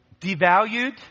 devalued